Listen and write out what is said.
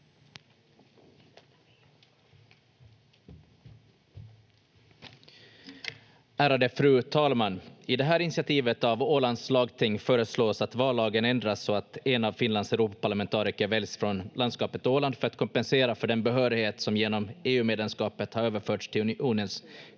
Ärade fru talman! I det här initiativet av Ålands lagting föreslås att vallagen ändras så att en av Finlands Europaparlamentariker väljs från landskapet Åland för att kompensera för den behörighet som genom EU-medlemskapet har överförts till unionens